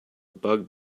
bug